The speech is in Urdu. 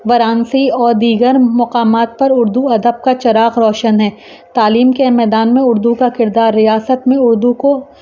وارانسی اور دیگر مقامات پر اردو ادب کا چراخ روشن ہے تعلیم کے میدان میں اردو کا کردار ریاست میں اردو کو